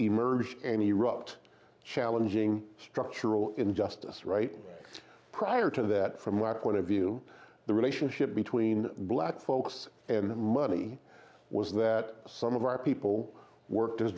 emerge any rucked challenging structural injustice right prior to that from our point of view the relationship between black folks and the money was that some of our people worked as